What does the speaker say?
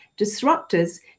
disruptors